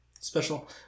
Special